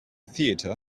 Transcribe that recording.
theatre